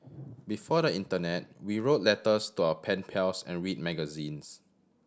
before the internet we wrote letters to our pen pals and read magazines